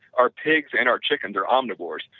our pigs and our chickens are omnivores,